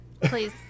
please